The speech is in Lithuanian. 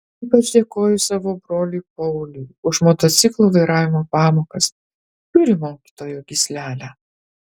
ypač dėkoju savo broliui paului už motociklo vairavimo pamokas turi mokytojo gyslelę